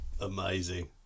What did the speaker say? Amazing